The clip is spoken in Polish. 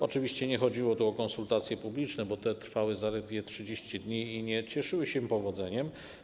Oczywiście nie chodziło tu o konsultacje publiczne, bo te trwały zaledwie 30 dni i nie cieszyły się powodzeniem.